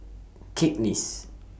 Cakenis